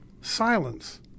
Silence